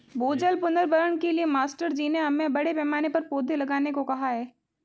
भूजल पुनर्भरण के लिए मास्टर जी ने हमें बड़े पैमाने पर पौधे लगाने को कहा है